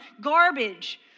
garbage